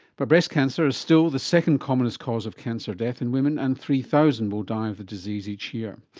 but breast cancer is still the second commonest cause of cancer deaths in women and three thousand will die of the disease each year.